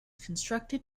constructed